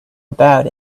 about